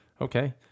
okay